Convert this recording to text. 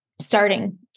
starting